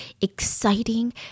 exciting